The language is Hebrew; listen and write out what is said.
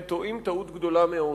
אתם טועים טעות גדולה מאוד.